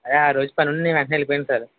అదే ఆరోజు పనుండి నేను వెంటనే వెళ్లి పోయాను సార్